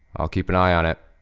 i'll keep an eye on it.